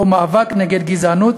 הגזענות